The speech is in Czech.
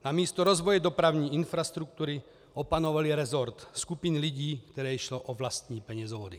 Namísto rozvoje dopravní infrastruktury opanovaly rezort skupiny lidí, kterým šlo o vlastní penězovody.